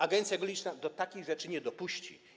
Agencja geologiczna do takich rzeczy nie dopuści.